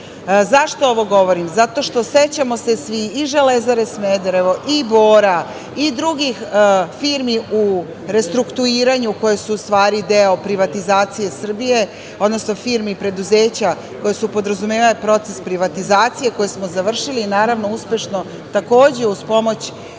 ovo govorim? Zato što se sećamo svi i Železare Smederevo i Bora i drugih firmi u restrukturiranju koje su u stvari deo privatizacije Srbije, odnosno firmi i preduzeća koja su podrazumevala proces privatizacije, koju smo završili, naravno uspešno, takođe uz pomoć